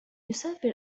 يسافر